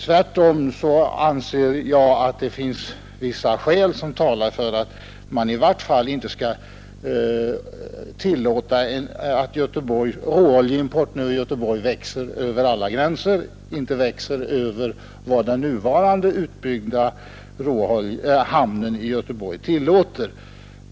Tvärtom anser jag att det finns skäl som talar för att man inte skall tillåta att råoljeimporten över Göteborg växer så att den överstiger vad den nu utbyggda oljehamnen i Göteborg medger.